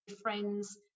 friends